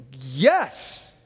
yes